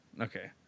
Okay